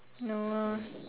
no